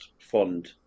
fund